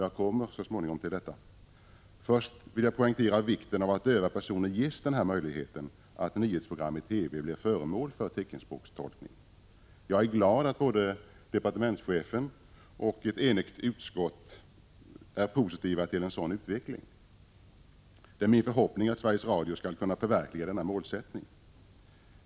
Jag kommer så småningom till detta. Först vill jag poängtera vikten av att döva personer ges den möjlighet som det innebär att nyhetsprogram i TV blir föremål för teckenspråkstolkning. Jag är glad över att både departementschefen och ett enigt utskott är positiva till en sådan utveckling. Det är min förhoppning att Sveriges Radio skall kunna förverkliga denna målsättning.